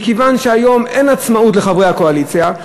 מכיוון שהיום אין עצמאות לחברי הקואליציה.